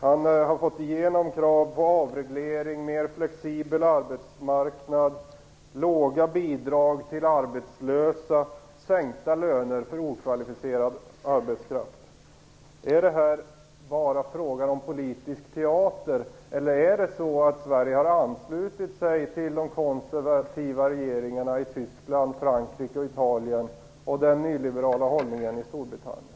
Han har fått igenom krav på avreglering, mer flexibel arbetsmarknad, låga bidrag till arbetslösa, sänkta löner för okvalificerad arbetskraft. Är det här bara fråga om politisk teater, eller har Sverige anslutit sig till de konservativa regeringarnas politik i Tyskland, Frankrike och Italien och den nyliberala hållningen i Storbritannien?